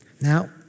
Now